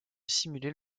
simuler